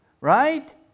Right